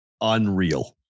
unreal